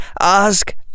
ask